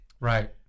right